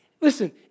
Listen